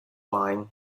line